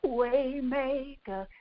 waymaker